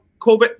COVID